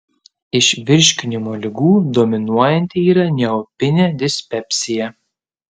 iš virškinimo ligų dominuojanti yra neopinė dispepsija